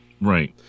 Right